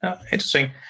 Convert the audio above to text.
Interesting